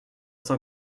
cent